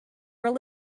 were